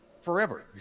forever